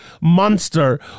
monster